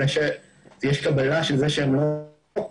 העובדה שיש קבלה שהם לא עושים את זה